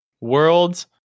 Worlds